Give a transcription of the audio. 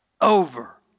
over